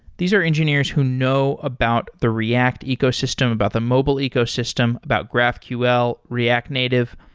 these are engineers who know about the react ecosystem, about the mobile ecosystem, about graphql, react native.